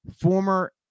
former